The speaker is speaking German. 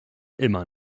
immer